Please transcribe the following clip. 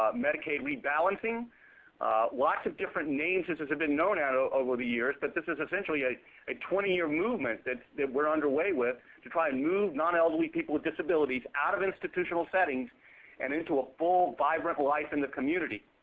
ah medicaid rebalancing lots of different names as this has been known as ah over the years, but this is essentially a a twenty year movement that that we're underway with to try and move non-elderly people with disabilities out of institutional settings and into a full, vibrant life in the community.